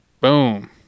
Boom